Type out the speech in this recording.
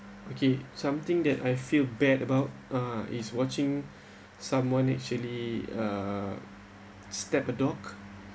okay something that I feel bad about uh is watching someone actually uh stab a dog